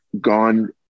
gone